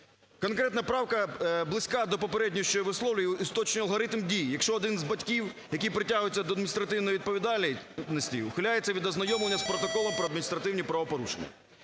Конкретна правка близька до попередньої, що я висловлював, із точним алгоритмом дії. Якщо один з батьків, який притягується до адміністративної відповідальності ухиляється від ознайомлення з протоколом про адміністративні правопорушення.